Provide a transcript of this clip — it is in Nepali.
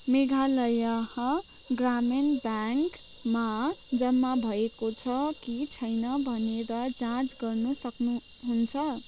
मेघालय ग्रामीण ब्याङ्कमा जम्मा भएको छ कि छैन भनेर जाँच गर्न सक्नुहुन्छ